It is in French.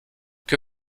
que